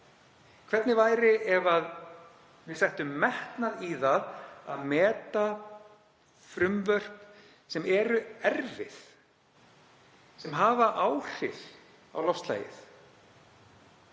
Hvernig væri ef við settum metnað í að meta frumvörp sem eru erfið, sem hafa áhrif á loftslagið?